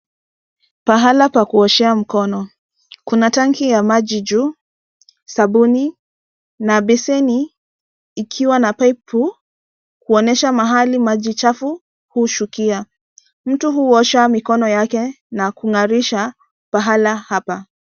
Pahala pa kuoshea mkono. Kuna tanki ya maji juu, sabuni na beseni ikiwa na paipu kuonyesha mahali maji chafu hushukia. Mtu huosha mikono yake na kunga'risha pahala hapa.